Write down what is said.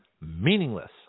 meaningless